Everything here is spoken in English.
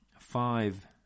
five